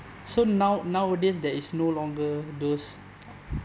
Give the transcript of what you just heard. so now nowadays there is no longer those